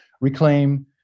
reclaim